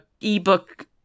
ebook